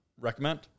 Recommend